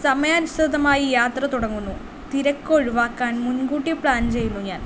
സമയനുശ്രിതമായി യാത്ര തുടങ്ങുന്നു തിരക്ക് ഒഴിവാക്കാൻ മുൻകൂട്ടി പ്ലാൻ ചെയ്യുന്നു ഞാൻ